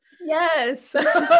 yes